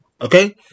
Okay